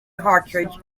cartridge